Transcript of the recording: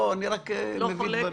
אני לא חולקת.